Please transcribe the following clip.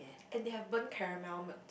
and they have burn caramel milk